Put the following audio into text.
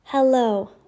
Hello